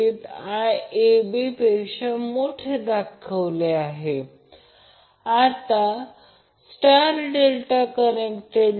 म्हणून Ia √ 3 angle IAB 30o Ib Ia angle 120o आणि Ic Ia angle 120o असेल